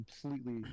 completely